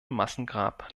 massengrab